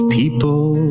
people